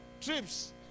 Trips